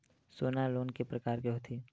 सोना लोन के प्रकार के होथे?